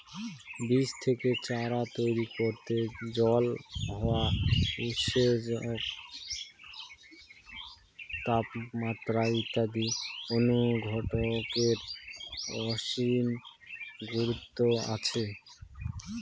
বীজ থেকে চারা তৈরি করতে জল, হাওয়া, উৎসেচক, তাপমাত্রা ইত্যাদি অনুঘটকের অসীম গুরুত্ব আছে